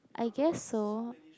I guess so